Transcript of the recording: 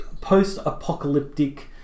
post-apocalyptic